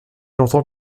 longtemps